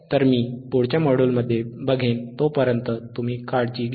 तर मी पुढच्या मॉड्यूलमध्ये बघेन तोपर्यंत तुम्ही काळजी घ्या